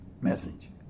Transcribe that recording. message